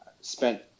spent